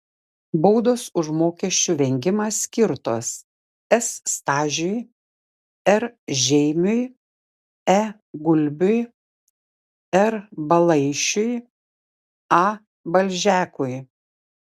baudos už mokesčių vengimą skirtos s stažiui r žeimiui e gulbiui r balaišiui a balžekui